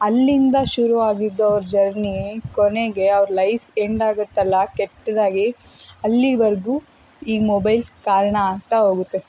ಅಲ್ಲಿಂದ ಶುರು ಆಗಿದ್ದವ್ರ ಜರ್ನಿ ಕೊನೆಗೆ ಅವರ ಲೈಫ್ ಎಂಡಾಗುತ್ತಲ್ಲಾ ಕೆಟ್ಟದಾಗಿ ಅಲ್ಲಿವರೆಗು ಈ ಮೊಬೈಲ್ ಕಾರಣ ಆಗ್ತಾ ಹೋಗುತ್ತೆ